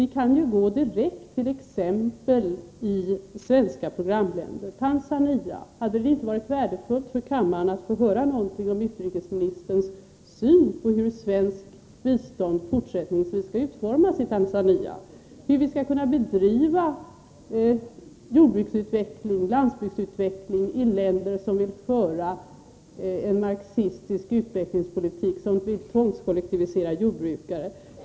Vi kan ju gå direkt till exempel beträffande svenska programländer, t.ex. Tanzania. Hade det inte varit värdefullt för kammaren att få höra något om utrikesministerns syn på hur det svenska biståndet fortsättningsvis skall utformas i Tanzania? Det gäller hur vi skall kunna bedriva jordbruksutveckling och landsbygdsutveckling i länder som vill föra en marxistisk utvecklingspolitik, som vill tvångskollektivisera jordbrukare.